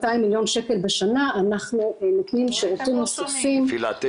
מיליון שקל בשנה אנחנו נותנים שירותים נוספים --- נורית,